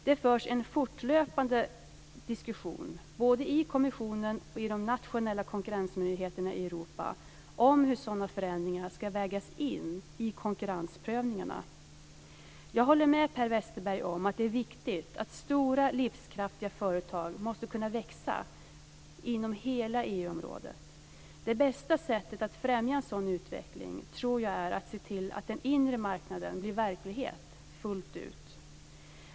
Det förs en fortlöpande diskussion, både i kommissionen och i de nationella konkurrensmyndigheterna i Europa, om hur sådana förändringar ska vägas in i konkurrensprövningarna. Jag håller med Per Westerberg om att det är viktigt att stora livskraftiga företag måste kunna växa inom hela EU-området. Det bästa sättet att främja en sådan utveckling tror jag är att se till att den inre marknaden blir verklighet fullt ut.